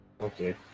Okay